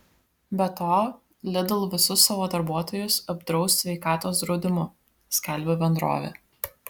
be to lidl visus savo darbuotojus apdraus sveikatos draudimu skelbia bendrovė